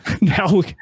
now